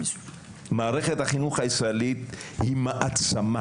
מערכת החינוך הישראלית היא מעצמה